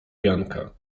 janka